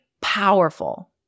powerful